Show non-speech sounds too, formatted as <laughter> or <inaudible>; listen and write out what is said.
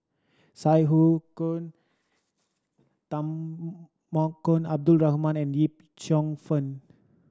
Sai Hu <unintelligible> Temaggong Abdul Rahman and Yip Cheong Fen